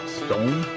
stone